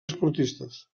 esportistes